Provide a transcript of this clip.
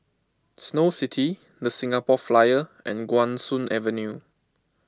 Snow City the Singapore Flyer and Guan Soon Avenue